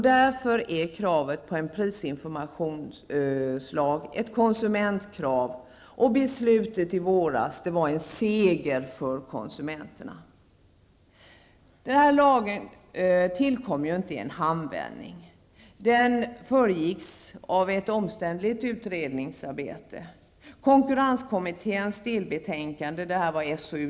Därför är kravet på en prisinformationslag ett konsumentkrav, och beslutet i våras var en seger för konsumenterna. Prisinformationslagen tillkom inte i en handvändning. Den föregicks av ett omständligt utredningsarbete.